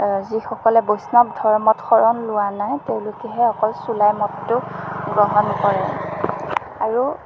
যিসকলে বৈষ্ণৱ ধৰ্মত শৰণ লোৱা নাই তেওঁলোকেহে অকল চুলাই মদটো গ্ৰহণ কৰে আৰু